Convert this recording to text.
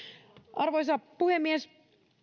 arvoisa puhemies